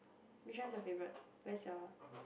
which one is your favorite where's your